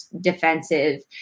defensive